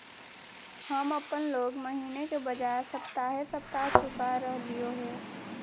हम अप्पन लोन महीने के बजाय सप्ताहे सप्ताह चुका रहलिओ हें